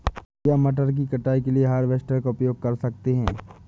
क्या मटर की कटाई के लिए हार्वेस्टर का उपयोग कर सकते हैं?